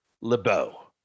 LeBeau